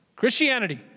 Christianity